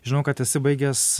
žinau kad esi baigęs